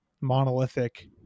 monolithic